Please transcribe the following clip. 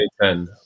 2010